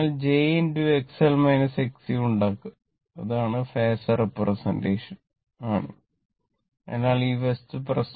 നിങ്ങൾ j R